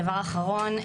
דבר אחרון.